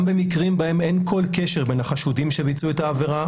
גם במקרים בהם אין כל קשר בין החשודים שביצעו את העבירה